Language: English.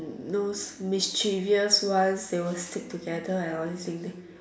those mischievous ones they will stick together and all this thing they